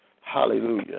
Hallelujah